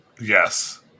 yes